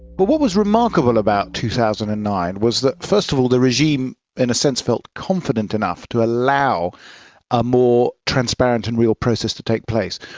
but what was remarkable about two thousand and nine was that first of all the regime in a sense felt confident enough to allow a more transparent and real process to take place.